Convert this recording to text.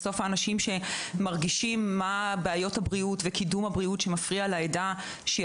בסוף האנשים שמרגישים מה בעיות של העדה יכולים לשבת יחדיו.